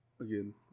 again